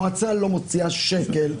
המועצה לא מוציאה שקל,